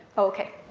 ok.